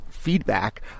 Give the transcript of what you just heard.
feedback